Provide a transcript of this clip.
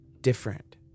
different